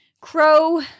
Crow